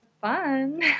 fun